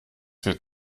wird